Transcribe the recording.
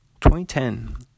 2010